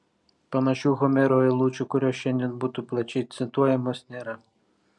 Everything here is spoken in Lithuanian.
panašių homero eilučių kurios šiandien būtų plačiai cituojamos nėra